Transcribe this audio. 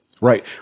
Right